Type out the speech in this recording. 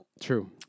True